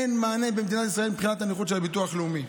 אין מענה במדינת ישראל מבחינת הנכות בביטוח הלאומי.